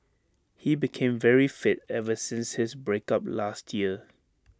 he became very fit ever since his break up last year